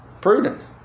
Prudent